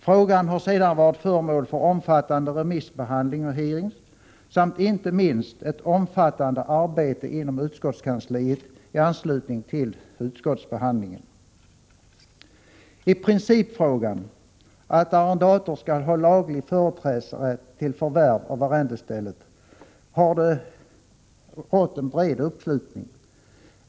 Frågan har sedan varit föremål för omfattande remissbehandling och hearings samt inte minst ett omfattande arbete inom utskottskansliet i anslutning till utskottsbehandlingen. Kring principfrågan, att arrendator skall ha laglig företrädesrätt till förvärv av arrendestället, har det rått en bred uppslutning.